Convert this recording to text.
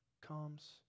comes